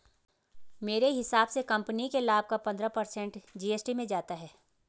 मेरे हिसाब से कंपनी के लाभ का पंद्रह पर्सेंट जी.एस.टी में जाता है